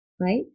right